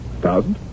thousand